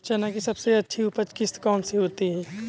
चना की सबसे अच्छी उपज किश्त कौन सी होती है?